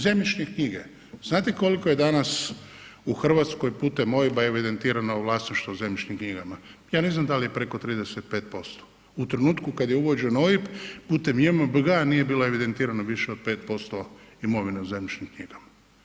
Zemljišne knjige, znate koliko je danas u Hrvatskoj putem OIB-a evidentirano vlasništvo u zemljišnim knjigama, ja ne znam da li je preko 35% u trenutku kad je uvođen OIB putem JMBG-a nije bilo evidentirano više od 5% imovine u zemljišnim knjigama.